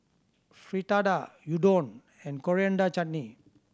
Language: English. Fritada Udon and Coriander Chutney